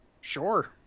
Sure